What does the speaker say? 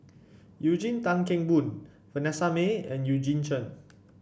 Eugene Tan Kheng Boon Vanessa Mae and Eugene Chen